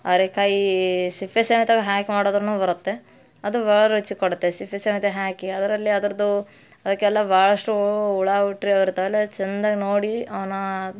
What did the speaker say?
ಅವ್ರೆಕಾಯಿ ಸಿಪ್ಪೆ ಸಮೇತ್ವಾಗಿ ಹಾಕಿ ಮಾಡಿದ್ರುನೂ ಬರುತ್ತೆ ಅದು ಭಾಳ ರುಚಿ ಕೊಡುತ್ತೆ ಸಿಪ್ಪೆ ಸಮೇತ ಹಾಕಿ ಅದರಲ್ಲಿ ಅದರದ್ದು ಅದಕ್ಕೆಲ್ಲ ಭಾಳಷ್ಟು ಹುಳು ಹುಪ್ಟಿ ಅವು ಇರ್ತಾವಲ್ವ ಅವು ಚೆಂದಾಗಿ ನೋಡಿ ಅವನ್ನ